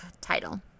title